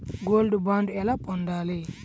Gold bond ఎలా పొందాలి?